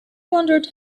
wondered